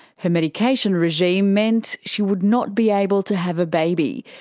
her medication regime meant she would not be able to have a baby.